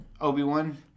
Obi-Wan